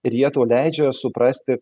ir jie tau leidžia suprasti